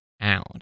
out